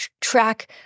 track